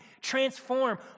transform